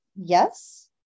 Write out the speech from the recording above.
yes